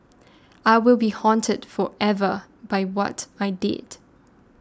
I will be haunted forever by what I did